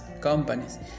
companies